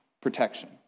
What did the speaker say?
protection